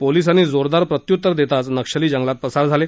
पोलिसांनी जोरदार प्रत्यूतर देताच नक्षली जंगलात पसार झाले